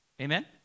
Amen